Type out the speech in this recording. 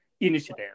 initiative